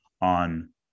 on